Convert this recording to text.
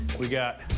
we got,